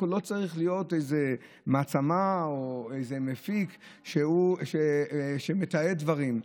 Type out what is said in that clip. לא צריך להיות איזה מעצמה או איזה מפיק שמתעד דברים.